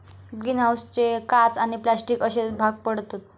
green हाऊसचे काच आणि प्लास्टिक अश्ये भाग पडतत